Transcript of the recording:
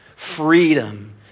Freedom